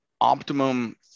optimum